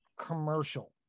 commercial